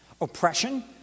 oppression